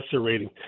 rating